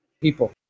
people